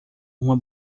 uma